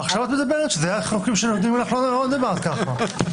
מה המצב של הפעלת רמקולים ליד קלפיות?